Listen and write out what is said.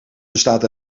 bestaat